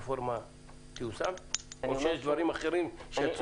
הרפורמה תיושם או שיש דברים אחרים שיצוצו?